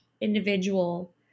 individual